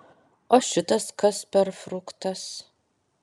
o šitas kas per fruktas